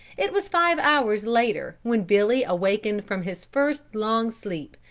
it was five hours later when billy awakened from his first long sleep,